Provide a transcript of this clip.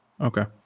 Okay